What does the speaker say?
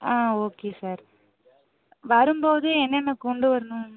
okay sir வரும் போது என்னென்ன கொண்டு வரணும்